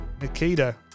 Nikita